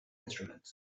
instruments